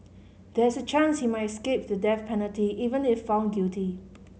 there is a chance he might escape the death penalty even if found guilty